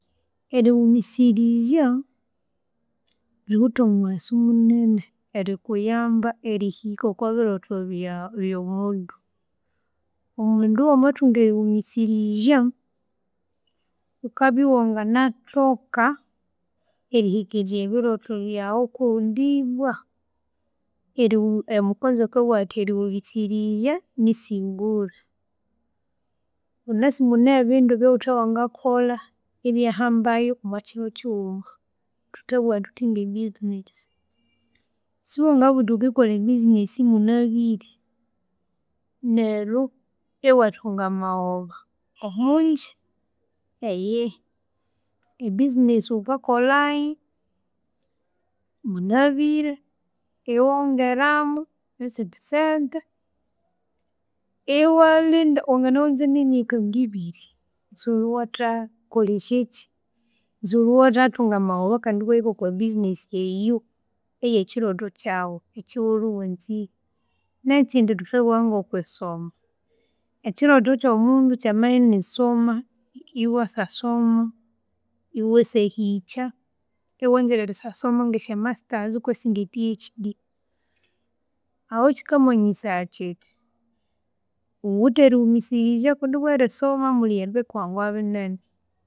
Eriwumisirizya riwithe omughaso munene okwiyamba erihika okobilotho byawu ngomundu. Omundu wamathunga eriwumisirizya wukabya wanganathoka erihekererya ebilotho byawu kundibwa omukonzo akabughathi eriwumisirizya nisingura. Wwunasi munebindi ebyawuthi wangakolha ibyahambayu omwakyiru kyighuma thuthabugha thuthi nge business. Siwangabughuthi wukikolha ebusiness munabwire neryu iwathunga amaghoba omungya eyihi. Ebisiness wukakolhayu munabwire iwongeramu nesindi sente iwalinda wanganawunza nemyaka ngibiri isiwuliwathakolesyekyi isiwuliwathunga amaghoba kandi wahika okobusiness eyu eyekyilotho kyawuekyawulwe wanzire. Nekyindi thuthabugha ngokwisoma, ekyilotho kyomundu kyamaghini soma iwasasoma iwasahikya, iwanzire erisasoma ngesya masters kutse nge PhD ahu kyikamanyisaya kyithi wuwithe eriwumisirizya kundibwa erisoma muli ebikwangwa binene.